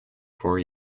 four